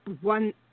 one